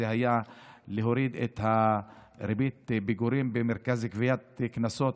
שהיה להוריד את ריבית הפיגורים במרכז לגביית קנסות.